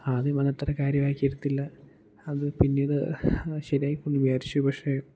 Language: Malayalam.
ആദ്യം അതത്ര കാര്യമാക്കി എടുത്തില്ല അതു പിന്നീട് ശരിയായിക്കൊള്ളുമെന്നു വിചാരിച്ചു പക്ഷെ